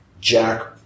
Jack